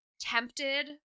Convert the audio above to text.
tempted